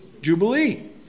Jubilee